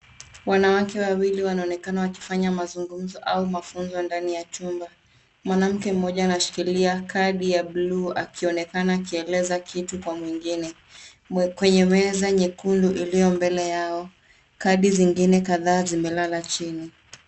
Wanawake wawili wanaonekana wakifanya mazungumzo au mafunzo ndani ya chumba. Mwanamke mmoja anashikilia kadi ya buluu akionekana akieleza kitu kwa mwingine. Kwenye meza nyekundu ilio mbele yao, kadi zingine kadhaa zimelala chini.